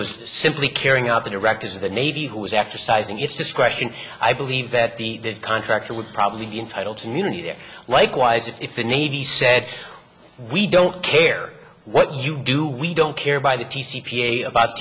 was simply carrying out the directors of the navy who was after sizing his discretion i believe that the contractor would probably be entitled to muni there likewise if the navy said we don't care what you do we don't care by the t c p a about